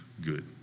good